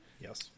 Yes